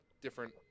different